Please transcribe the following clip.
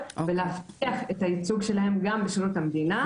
ולהבטיח את הייצוג שלהם גם בשירות המדינה.